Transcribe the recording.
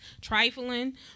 trifling